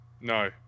No